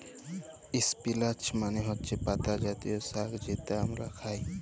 ইস্পিলাচ মালে হছে পাতা জাতীয় সাগ্ যেট আমরা খাই